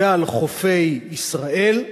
ועל חופי ישראל.